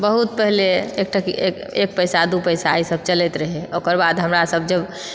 बहुत पहिले एकटक एक एक पैसा दू पैसा ई सभ चलैत रहै ओकर बाद हमरा सभ जो